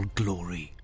glory